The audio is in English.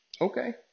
okay